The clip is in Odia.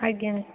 ଆଜ୍ଞା